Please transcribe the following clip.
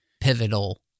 pivotal